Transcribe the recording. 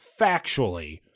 factually